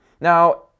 Now